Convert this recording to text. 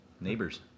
Neighbors